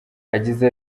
yagize